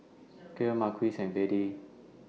Kacie Marquis and Beadie